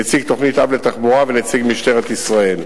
נציג תוכנית-אב לתחבורה ונציג משטרת ישראל.